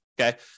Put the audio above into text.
Okay